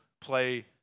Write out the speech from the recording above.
play